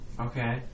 Okay